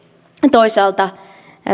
toisaalta